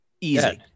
Easy